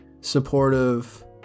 supportive